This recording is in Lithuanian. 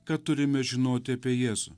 ką turime žinoti apie jėzų